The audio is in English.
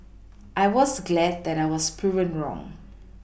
I was glad that I was proven wrong